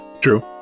True